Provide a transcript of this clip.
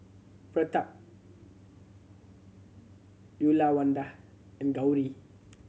Pratap Uyyalawada and Gauri